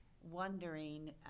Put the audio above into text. wondering